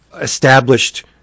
established